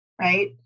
right